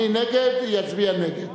מי שנגד, יצביע נגד.